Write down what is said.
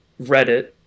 Reddit